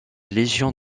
légion